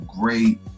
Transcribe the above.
great